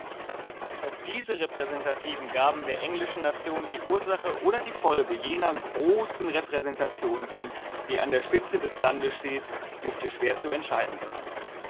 oh diese repräsentativen gaben der englischen nation die ursache oder die folge jener großen repräsentation sind die an der spitze des landes steht dürfte schwer zu entscheiden sein